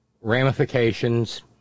ramifications